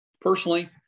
Personally